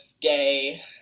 gay